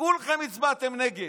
כולכם הצבעתם נגד.